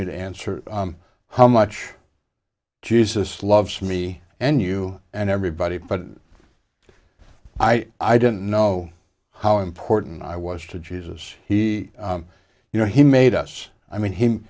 me to answer how much jesus loves me and you and everybody but i i didn't know how important i was to jesus he you know he made us i mean